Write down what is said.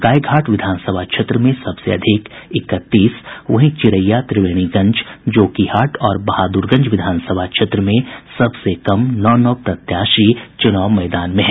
गायघाट विधानसभा क्षेत्र में सबसे अधिक इकतीस वहीं चिरैया त्रिवेणीगंज जोकीहाट और बहादुरगंज विधानसभा क्षेत्र में सबसे कम नौ नौ प्रत्याशी चुनाव मैदान में हैं